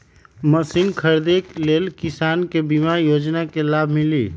Machine खरीदे ले किसान के बीमा योजना के लाभ मिली?